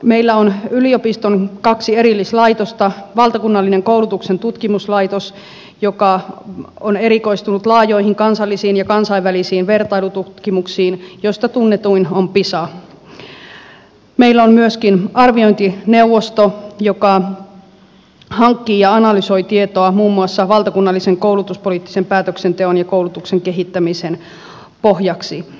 meillä on kaksi erillistä yliopiston laitosta valtakunnallinen koulutuksen tutkimuslaitos joka on erikoistunut laajoihin kansallisiin ja kansainvälisiin vertailututkimuksiin joista tunnetuin on pisa meillä on myöskin arviointineuvosto joka hankkii ja analysoi tietoa muun muassa valtakunnallisen koulutuspoliittisen päätöksenteon ja koulutuksen kehittämisen pohjaksi